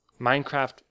Minecraft